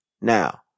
Now